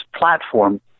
platform